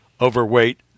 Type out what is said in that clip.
overweight